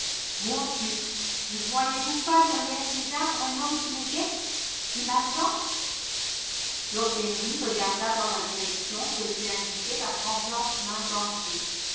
mon dieu ne voyez vous pas derrière ces arbres un homme qui me guette qui m'attend lord henry regarda dans la direction que lui indiquait la tremblante